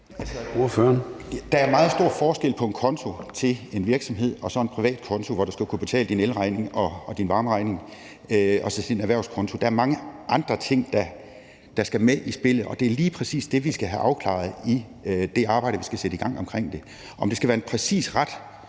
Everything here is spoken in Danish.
Der er meget stor forskel på en konto til en virksomhed, en erhvervskonto, og så en privat konto, hvorfra du skal kunne betale din elregning og din varmeregning. Der er mange andre ting, der skal med i spillet, og det er lige præcis det, vi skal have afklaret i det arbejde, vi skal sætte i gang om det. Om det præcis skal være en ret,